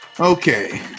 Okay